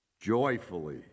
joyfully